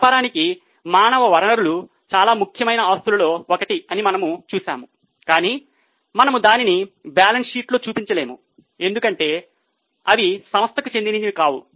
వ్యాపారానికి మానవ వనరులు చాలా ముఖ్యమైన ఆస్తులలో ఒకటి అని మనము చూశాము కాని మనము దానిని బ్యాలెన్స్ షీట్లో చూపించలేము ఎందుకంటే అవి సంస్థకు చెందినవి కావు